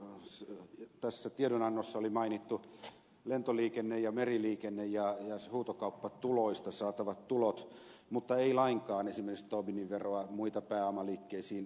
heinäluoma että tiedonannossa oli mainittu lentoliikenne meriliikenne ja huutokauppatuloista saatavat tulot mutta ei lainkaan esimerkiksi tobinin veroa muita pääomaliikkeisiin liittyviä veroja